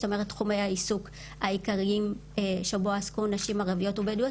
זאת אומרת תחומי העיסוק העיקריים שבו עסקו נשים ערביות ובדואיות.